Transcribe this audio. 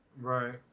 Right